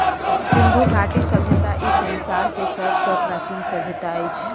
सिंधु घाटी सभय्ता ई संसार के सब सॅ प्राचीन सभय्ता अछि